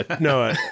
no